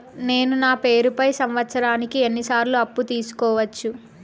నేను నా పేరుపై సంవత్సరానికి ఎన్ని సార్లు అప్పు తీసుకోవచ్చు?